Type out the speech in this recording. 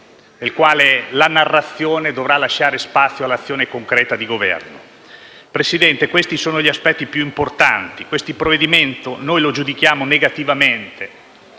della quale la narrazione dovrà lasciare spazio all'azione concreta di governo. Presidente, questi sono gli aspetti più importanti. Giudichiamo negativamente